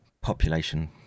population